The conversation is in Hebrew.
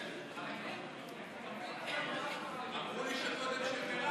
ויורדת מסדר-יומה של הכנסת.